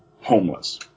homeless